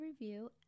review